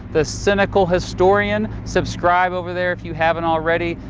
the cynical historian. subscribe over there if you haven't already.